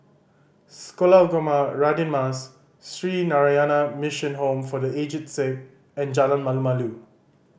Sekolah Ugama Radin Mas Sree Narayana Mission Home for The Aged Sick and Jalan Malu Malu